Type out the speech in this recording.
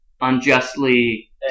unjustly